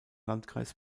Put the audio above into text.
landkreis